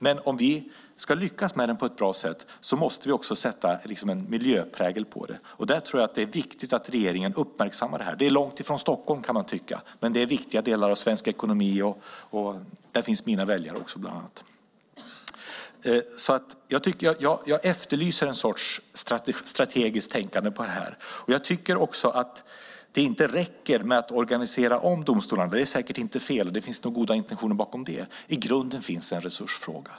Men om vi ska lyckas med den på ett bra sätt måste vi också sätta en miljöprägel på detta. Jag tror att det är viktigt att regeringen uppmärksammar det här. Det är långt ifrån Stockholm, kan man tycka, men det är viktiga delar av svensk ekonomi, och där finns bland annat mina väljare. Jag efterlyser en sorts strategiskt tänkande här. Jag tycker inte heller att det räcker att organisera om domstolarna. Det är säkert inte fel, det finns nog goda intentioner bakom det, men i grunden finns en resursfråga.